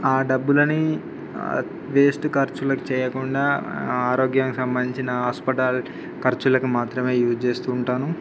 ఆ డబ్బులని వేస్ట్ ఖర్చులకు చేయకుండా ఆరోగ్యానికి సంబంధించిన హాస్పిటల్ ఖర్చులకు మాత్రమే యూజ్ చేస్తు ఉంటాను